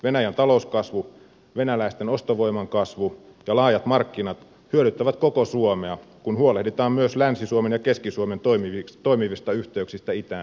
venäjän talouskasvu venäläisten ostovoiman kasvu ja laajat markkinat hyödyttävät koko suomea kun huolehditaan myös länsi suomen ja keski suomen toimivista yhteyksistä itään päin